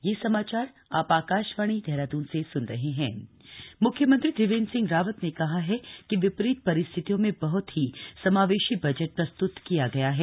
budget reaction CM म्ख्यमंत्री त्रिवेन्द्र सिंह रावत ने कहा है कि विपरीत परिस्थितियों में बहत ही समावेशी बजट प्रस्तुत किया गया है